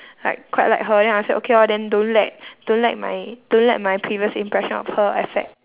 like quite like her then I said okay lor then don't let don't let my don't let my previous impression of her affect